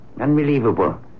Unbelievable